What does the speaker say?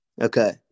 Okay